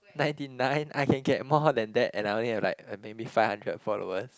ninety nine I can get more than that and I'll only have like maybe have five hundred followers